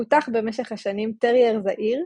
פותח במשך השנים טרייר זעיר,